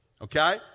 Okay